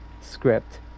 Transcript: script